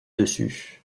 dessus